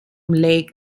lake